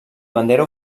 bandera